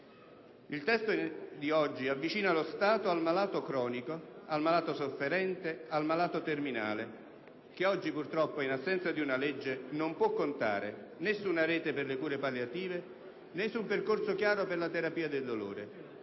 Il testo di oggi avvicina lo Stato al malato cronico, al malato sofferente, al malato terminale, che oggi, purtroppo, in assenza di una legge, non può contare né su una rete per le cure palliative né su un percorso chiaro per la terapia del dolore.